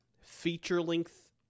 feature-length